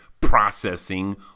processing